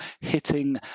hitting